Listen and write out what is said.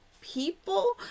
people